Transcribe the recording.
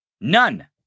None